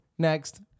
next